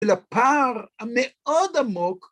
‫ולפער המאוד עמוק.